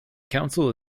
council